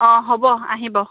অঁ হ'ব আহিব